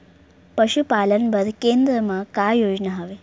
पशुपालन बर केन्द्र म का योजना हवे?